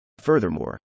Furthermore